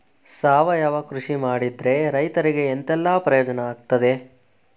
ಸಾವಯವ ಕೃಷಿ ಮಾಡಿದ್ರೆ ರೈತರಿಗೆ ಎಂತೆಲ್ಲ ಪ್ರಯೋಜನ ಆಗ್ತದೆ?